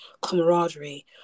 camaraderie